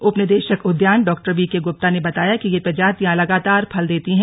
उप निदेशक उद्यान डॉक्टर वीके गुप्ता ने बताया कि ये प्रजातियां लगातार फल देती हैं